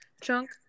chunk